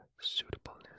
suitableness